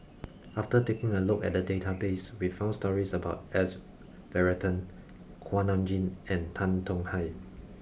after taking a look at the database we found stories about S Varathan Kuak Nam Jin and Tan Tong Hye